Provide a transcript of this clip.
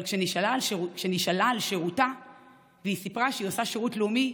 אבל כשנשאלה על שירותה והיא סיפרה שהיא עושה שירות לאומי,